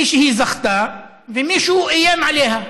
מישהו זכתה, ומישהו איים עליה,